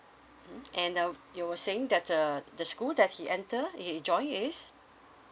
and uh you were saying that uh the school that he enter he join is